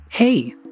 Hey